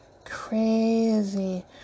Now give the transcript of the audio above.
Crazy